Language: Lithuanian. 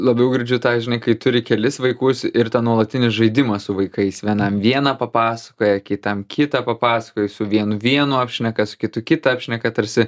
labiau girdžiu tą žinai kai turi kelis vaikus ir tą nuolatinį žaidimą su vaikais vienam vieną papasakojo kitam kitą papasakojo su vienu vienu apšneka su kitu kitą apšneka tarsi